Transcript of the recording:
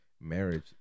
marriage